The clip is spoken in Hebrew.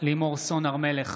לימור סון הר מלך,